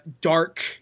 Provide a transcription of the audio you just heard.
dark